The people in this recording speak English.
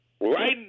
Right